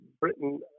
britain